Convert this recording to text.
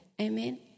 Amen